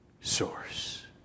source